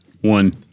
One